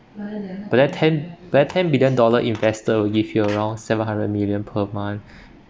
but that ten but that ten billion dollar investor will give you around seven hundred million per month